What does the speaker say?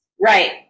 right